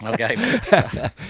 Okay